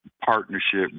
partnership